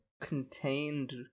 contained